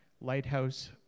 lighthouse